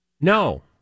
No